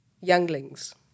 younglings